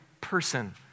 person